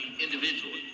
individually